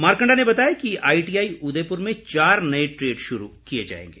मारकण्डा ने बताया कि आईटीआई उदयपुर में चार नए ट्रेड शुरू किए जाएंगे